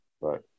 Right